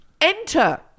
Enter